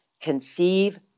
Conceive